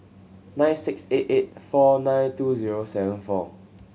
nine six eight eight four nine two zero seven four